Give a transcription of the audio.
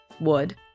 wood